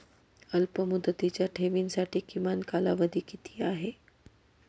अल्पमुदतीच्या ठेवींसाठी किमान कालावधी किती आहे?